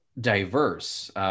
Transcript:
diverse